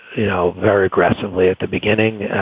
you know, very aggressively at the beginning,